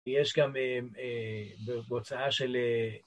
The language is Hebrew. יש גם אהה בהוצאה של אהה